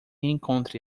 encontre